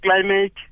climate